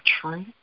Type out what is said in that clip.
true